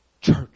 Church